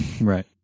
Right